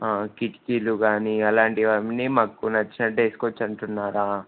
కిటికీలు కానీ అలాంటివన్నీ అన్నీ మాకు నచ్చినట్టు వేసుకోవచ్చు అంటున్నారా